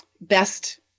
best